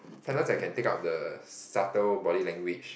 sometimes I can take out the subtle body language